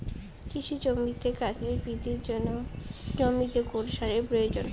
কৃষি জমিতে গাছের বৃদ্ধির জন্য জমিতে কোন সারের প্রয়োজন?